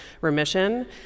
remission